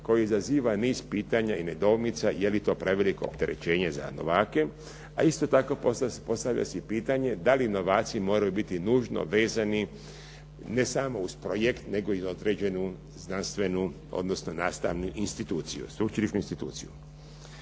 koji izaziva niz pitanja i nedoumica je li to preveliko opterećenje za novake, a isto tako postavlja se i pitanje da li novaci moraju biti nužno vezani ne samo uz projekt, nego i za određenu znanstvenu odnosno nastavnu instituciju, sveučilišnu instituciju.